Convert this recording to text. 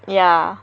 yeah